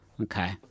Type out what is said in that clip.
Okay